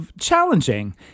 challenging